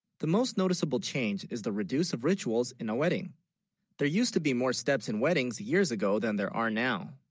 the most noticeable change is the reduce of rituals in a wedding there used to be more steps in weddings years ago than there are now,